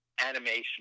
animation